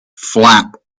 flap